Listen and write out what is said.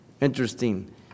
Interesting